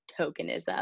tokenism